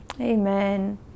Amen